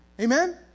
Amen